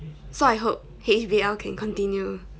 so I hope H_B_L can continue